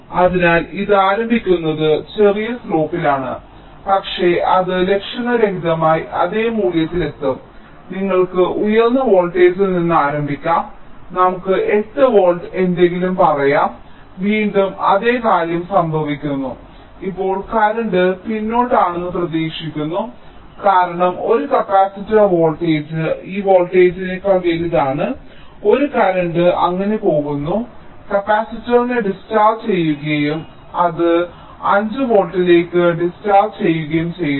അതിനാൽ ഇത് ആരംഭിക്കുന്നത് ചെറിയ ചരിവിലാണ് പക്ഷേ അത് ലക്ഷണരഹിതമായി അതേ മൂല്യത്തിൽ എത്തും നിങ്ങൾക്ക് ഉയർന്ന വോൾട്ടേജിൽ നിന്നും ആരംഭിക്കാം നമുക്ക് 8 വോൾട്ട് എന്തെങ്കിലും പറയാം വീണ്ടും അതേ കാര്യം സംഭവിക്കുന്നു ഇപ്പോൾ കറന്റ് പിന്നോട്ട് ആണെന്ന് പ്രതീക്ഷിക്കുന്നു കാരണം ഒരു കപ്പാസിറ്റർ വോൾട്ടേജ് ഈ വോൾട്ടേജിനേക്കാൾ വലുതാണ് ഒരു കറന്റ് അങ്ങനെ പോകുന്നു കപ്പാസിറ്ററിനെ ഡിസ്ചാർജ് ചെയ്യുകയും അത് അതേ 5 വോൾട്ടിലേക്ക് ഡിസ്ചാർജ് ചെയ്യുകയും ചെയ്യുന്നു